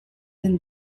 den